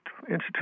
Institute